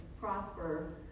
prosper